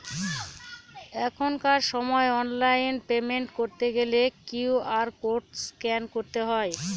এখনকার সময় online payment করতে গেলে কিউ.আর কোড স্ক্যান করতে হয়